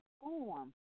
form